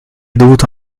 dovuto